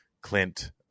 Clint